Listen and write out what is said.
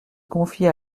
confier